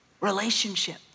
Relationship